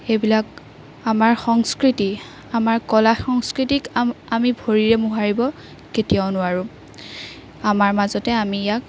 সেইবিলাক আমাৰ সংস্কৃতি আমাৰ কলা সংস্কৃতিক আম্ আমি ভৰিৰে মোহাৰিব কেতিয়াও নোৱাৰোঁ আমাৰ মাজতে আমি ইয়াক